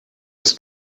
des